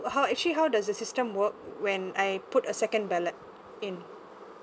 how actually how does the system work when I put a second ballot in